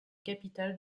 capitale